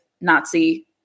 Nazi